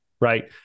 right